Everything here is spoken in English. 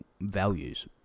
values